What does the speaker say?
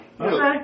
Okay